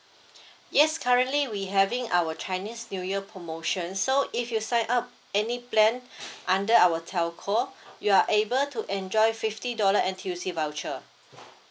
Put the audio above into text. yes currently we having our chinese new year promotion so if you sign up any plan under our telco you are able to enjoy fifty dollar N_T_U_C voucher